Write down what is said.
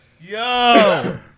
yo